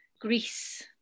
Greece